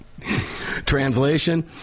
Translation